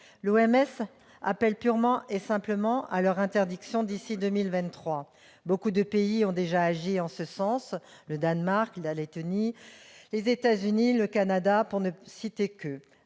L'OMS appelle purement et simplement à leur interdiction d'ici à 2023. Nombre de pays ont déjà agi en ce sens : le Danemark, la Lettonie, les États-Unis, ou encore le Canada, pour ne citer qu'eux.